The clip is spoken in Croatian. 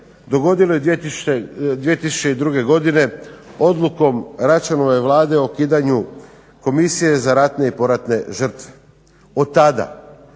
dogodilo i 2002. godine odlukom Račanove Vlade o ukidanju Komisije za ratne i poratne žrtve. Od tada